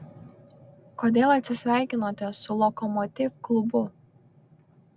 kodėl atsisveikinote su lokomotiv klubu